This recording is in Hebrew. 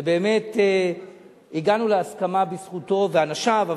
ובאמת הגענו להסכמה בזכותו ובזכות אנשיו.